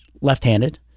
left-handed